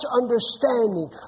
understanding